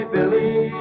Billy